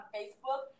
Facebook